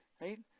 right